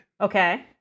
Okay